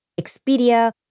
Expedia